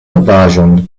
novaĵon